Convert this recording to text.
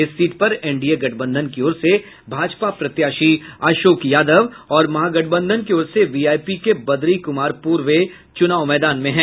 इस सीट पर एनडीए गठबंधन की ओर से भाजपा प्रत्याशी अशोक यादव और महागठबंधन की ओर से वीआईपी के बद्री कुमार पूर्वे चुनाव मैदान में हैं